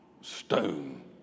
stone